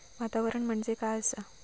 वातावरण म्हणजे काय असा?